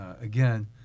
Again